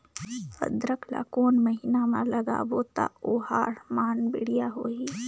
अदरक ला कोन महीना मा लगाबो ता ओहार मान बेडिया होही?